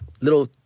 little